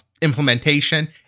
implementation